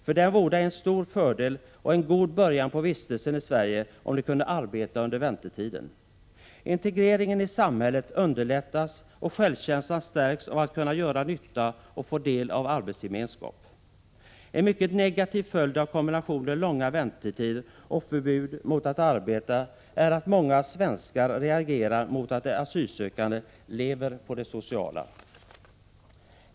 För dem vore det en stor fördel och en god början på vistelsen i Sverige, om de kunde arbeta under väntetiden. Integreringen i samhället underlättas och självkänslan stärks av att man kan göra nytta och få del av en arbetsgemenskap. En mycket negativ följd av kombinationen långa väntetider och förbud mot att arbeta är att många svenskar reagerar mot att de asylsökande ”lever på det sociala”.